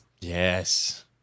Yes